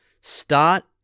Start